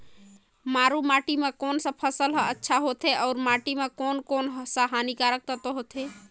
मारू माटी मां कोन सा फसल ह अच्छा होथे अउर माटी म कोन कोन स हानिकारक तत्व होथे?